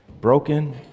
broken